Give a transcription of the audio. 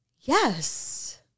Yes